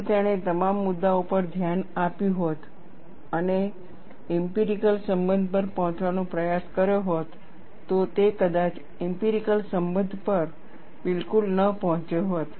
જો તેણે તમામ મુદ્દાઓ પર ધ્યાન આપ્યું હોત અને ઇમ્પિરિકલ સંબંધ પર પહોંચવાનો પ્રયાસ કર્યો હોત તો તે કદાચ ઇમ્પિરિકલ સંબંધ પર બિલકુલ ન પહોંચ્યો હોત